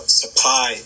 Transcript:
supply